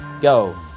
Go